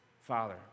Father